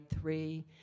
three